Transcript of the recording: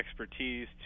expertise